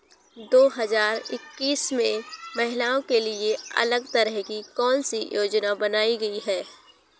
दो हजार इक्कीस में महिलाओं के लिए अलग तरह की कौन सी योजना बनाई गई है?